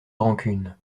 rancunes